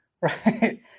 Right